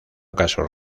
casos